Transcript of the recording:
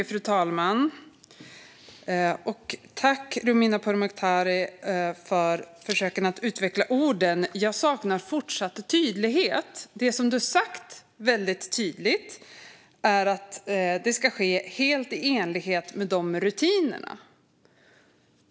Fru talman! Jag tackar Romina Pourmokhtari för försöken att utveckla orden. Jag saknar dock fortfarande tydlighet. Det Romina Pourmokhtari har sagt väldigt tydligt är att detta ske helt i enlighet med rutinerna.